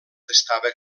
estava